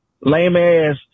lame-ass